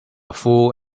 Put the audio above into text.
fool